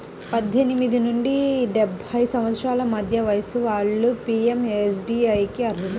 పద్దెనిమిది నుండి డెబ్బై సంవత్సరాల మధ్య వయసున్న వాళ్ళు పీయంఎస్బీఐకి అర్హులు